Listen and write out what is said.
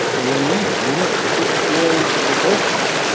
and then, yeah, i don't know. shit was a ghost town.